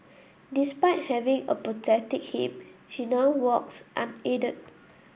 despite having a prosthetic hip she now walks unaided